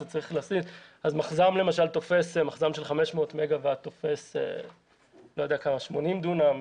אתה צריך - מחז"ם של 500 מגה-ואט תופס 80 דונם,